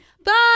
Bye